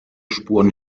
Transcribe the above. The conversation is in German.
spuren